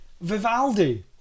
Vivaldi